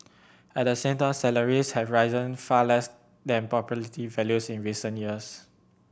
at the same time salaries have risen far less than property values in recent years